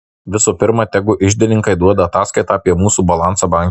visų pirma tegu iždininkai duoda ataskaitą apie mūsų balansą banke